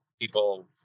people